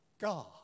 God